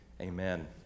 amen